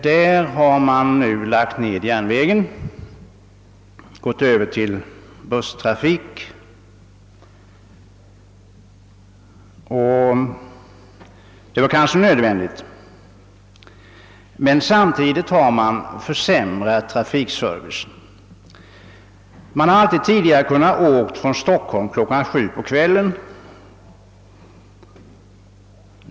Där har man nu lagt ned järnvägen och gått över till busstrafik. Det var kanske nödvändigt. Samtidigt har emellertid trafikservicen försämrats. Man har alltid tidigare kunnat åka från Stockholm kl. 7 på kvällen.